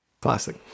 classic